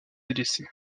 délaissée